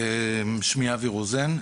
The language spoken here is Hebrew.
שמי אבי רוזן,